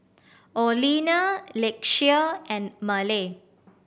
Orlena Lakeisha and Maleah